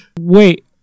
Wait